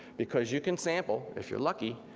because you can sample if you're lucky,